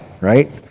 right